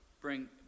bring